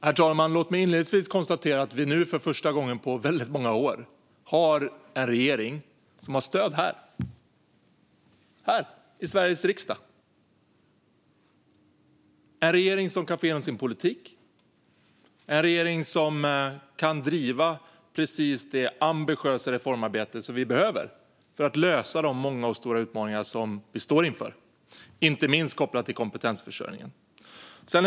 Herr talman! Låt mig inledningsvis konstatera att vi nu, för första gången på många år, har en regering som har stöd här i Sveriges riksdag, en regering som kan få igenom sin politik, en regering som kan driva precis det ambitiösa reformarbete som vi behöver för att lösa de många och stora utmaningar som vi står inför, inte minst kopplat till kompetensförsörjningen.